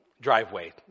driveway